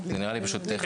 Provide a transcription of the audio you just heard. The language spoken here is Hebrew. זה נראה לי טכני.